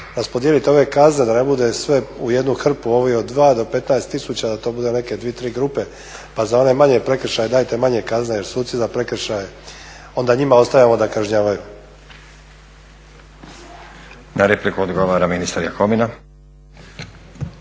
raspodijelit ove kazne da ne bude sve u jednu hrpu, ovi od 2 do 15 tisuća da to bude neke 2-3 grupe, pa za one manje prekršaje dajte manje kazne jer suci za prekršaje onda njima ostaje ovo da kažnjavaju. **Stazić, Nenad (SDP)** Na repliku odgovara ministar Jakovina.